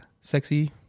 sexy